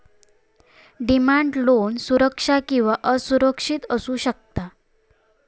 demand loan सुरक्षित किंवा असुरक्षित असू शकता